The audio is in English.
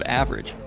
average